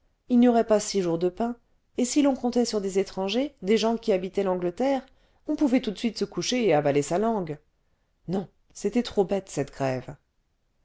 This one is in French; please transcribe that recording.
il n'y aurait pas six jours de pain et si l'on comptait sur des étrangers des gens qui habitaient l'angleterre on pouvait tout de suite se coucher et avaler sa langue non c'était trop bête cette grève